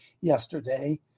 yesterday